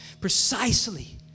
precisely